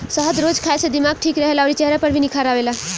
शहद रोज खाए से दिमाग ठीक रहेला अउरी चेहरा पर भी निखार आवेला